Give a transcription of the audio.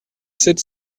sept